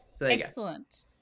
Excellent